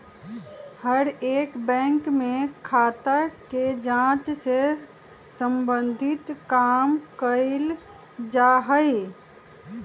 हर एक बैंक में खाता के जांच से सम्बन्धित काम कइल जा हई